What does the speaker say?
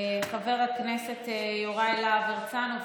חבר הכנסת יוראי להב הרצנו.